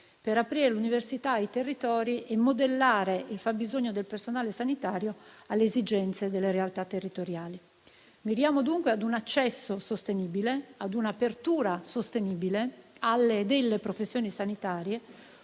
per aprire l'università ai territori e modellare il fabbisogno del personale sanitario alle esigenze delle realtà territoriali. Miriamo, dunque, ad un accesso sostenibile, ad una apertura sostenibile delle professioni sanitarie,